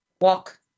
walk